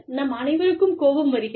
நம் அனைவருக்கும் கோபம் வருகிறது